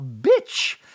bitch